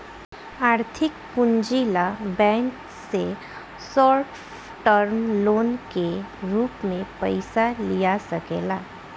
आर्थिक पूंजी ला बैंक से शॉर्ट टर्म लोन के रूप में पयिसा लिया सकेला